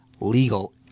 legal